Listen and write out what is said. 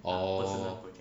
oh